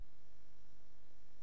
והרווחה